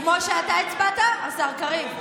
כמו שאתה הצבעת, השר קריב?